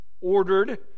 ordered